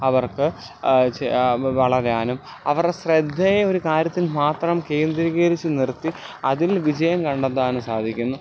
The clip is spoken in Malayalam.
അവർക്ക് വളരാനും അവരെ ശ്രദ്ധയെ ഒരു കാര്യത്തിൽ മാത്രം കേന്ദ്രീകരിച്ച് നിർത്തി അതിൽ വിജയം കണ്ടെത്താനും സാധിക്കുന്നു